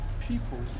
people